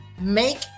Make